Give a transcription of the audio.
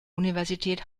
universität